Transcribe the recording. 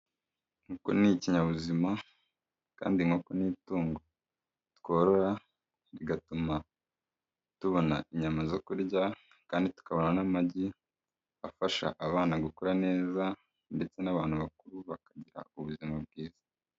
Inkoko ni ikinyabuzima kandi inkoko ni itungo tworora bigatuma tubona inyama zo kurya, kandi tukabona n'amagi afasha abana gukura neza, ndetse n'abantu bakuru bakagira ubuzima bwiza.